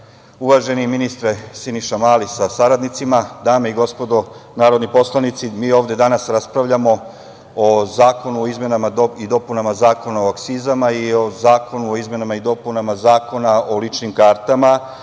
uvaženi ministre Siniša Mali sa saradnicima, dame i gospodo narodni poslanici, mi ovde danas raspravljamo o zakonu o izmenama i dopunama Zakona o akcizama i o zakonu o izmenama i dopunama Zakona o ličnim